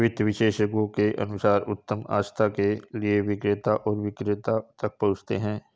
वित्त विशेषज्ञों के अनुसार उत्तम आस्था के लिए क्रेता और विक्रेता बाजार तक पहुंचे